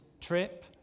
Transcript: trip